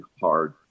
hard